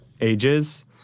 ages